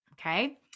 okay